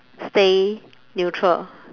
stay neutral